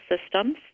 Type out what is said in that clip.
systems